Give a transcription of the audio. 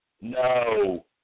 No